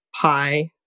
pi